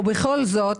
ובכל זאת,